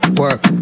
work